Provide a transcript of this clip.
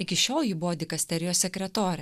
iki šiol ji buvo dikasterijos sekretore